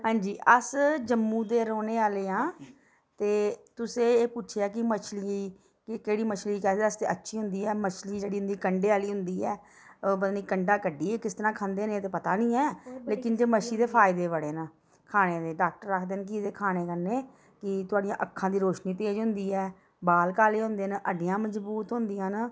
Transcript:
हां जी अस जम्मू दे रौह्ने आह्ले आं ते तुसें एह् पुच्छेआ मछली कि केह्ड़ी मछली केह्दे आस्तै अच्छी होंदी ऐ मछली जेह्ड़ी होंदी ऐ कंडे आह्ली होंदी ऐ पता नी कंडा कड्ढियै किस तरह् खंदे न एह् ते पता नी ऐ लेकिन मच्छी दे फायदे बड़े न खाने दे डाक्टर आखदे न कि एह्दे खाने कन्नै कि थुआड़ियां अक्खां रोशनी तेज़ होंदी ऐ बाल काले होंदे न हड्डियां मजबूत होंदियां न